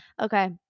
Okay